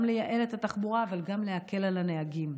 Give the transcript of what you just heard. גם לייעל את התחבורה אבל גם להקל על הנהגים.